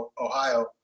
Ohio